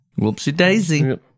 Whoopsie-daisy